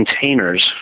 containers